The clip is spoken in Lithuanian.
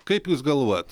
kaip jūs galvojat